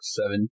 seven